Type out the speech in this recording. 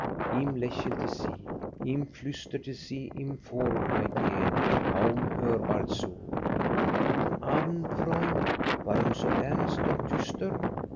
lächelte sie ihm flüsterte sie im vorbeigehen kaum hörbar zu guten abend freund warum so ernst und düster